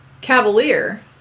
cavalier